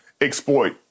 exploit